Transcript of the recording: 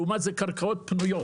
לעומת זאת, קרקעות פנויות